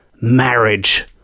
marriage